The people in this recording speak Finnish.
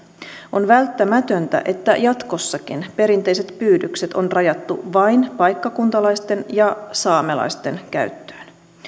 on välttämätöntä että jatkossakin perinteiset pyydykset on rajattu vain paikkakuntalaisten ja saamelaisten käyttöön